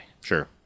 Sure